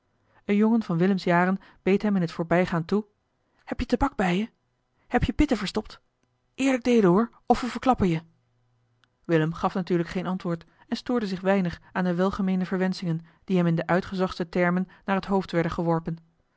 een jongen van willems jaren beet hem in het voorbijgaan toe heb je tabak bij je heb je pitten verstopt eerlijk deelen hoor of we verklappen je willem gaf natuurlijk geen antwoord en stoorde zich weinig aan de welgemeende verwenschingen die hem in de uitgezochtste termen naar het hoofd werden geworpen